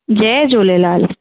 Jay Jhulelal